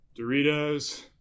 Doritos